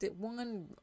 one